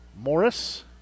Morris